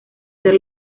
ser